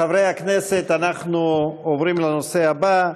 חברי הכנסת, אנחנו עוברים לנושא הבא.